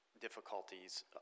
difficulties